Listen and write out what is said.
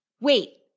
Wait